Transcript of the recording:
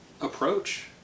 approach